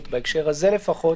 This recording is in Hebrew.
מה עושים?